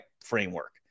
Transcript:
framework